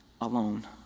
alone